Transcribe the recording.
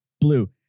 blue